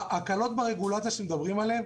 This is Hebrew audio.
ההקלות ברגולציה שמדברים עליהן,